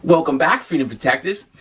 welcome back freedom protectors.